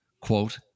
quote